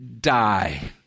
die